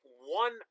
one